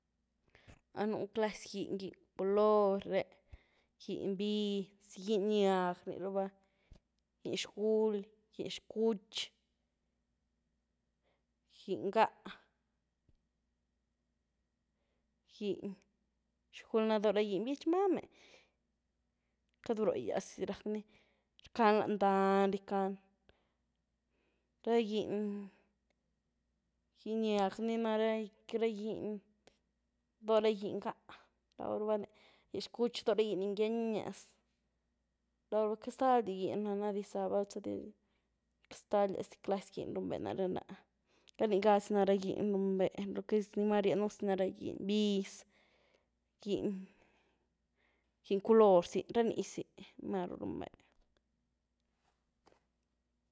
Ah nú clazy giny giny color reh, giny biz, giny nyág rni raába, giny xguly, giny xcutx, giny ngá, giny xguly ni ná doh ra giny bítx mámequeity bró-gyaz di rack-nee, rckany lan-dany rckany ra giny giny nyag ni ná ra giny, dóh ra giny ngá raw rabá ni, giny xkutx dóh ra giny nii ngýanias, queity ztaldy giny nánah dixza val zety, queity ztaldiaz di clazy giny riunbé’ naré nah, rá nëh gá zy nara giny në’riunbé, lo que es ni máru rienynuu gus ni na ra giny biz, giny-giny color zy, ra nizy máru riunbé.